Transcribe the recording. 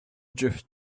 drift